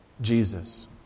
Jesus